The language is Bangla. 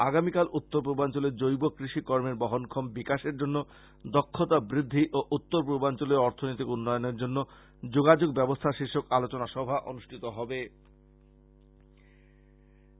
আগামীকাল উত্তর পূর্বাঞ্চলে জৈব কৃষি কর্মের বহনক্ষম বিকাশের জন্য দক্ষতা বৃদ্ধি ও উত্তর পূর্বাঞ্চলের অর্থনৈতিক উন্নয়নের জন্য যোগাযোগ ব্যবস্থা শীর্ষক আলোচনা সভা অনুষ্ঠিত হবে